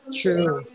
true